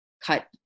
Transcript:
cut